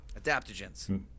Adaptogens